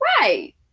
Right